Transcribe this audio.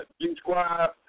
G-Squad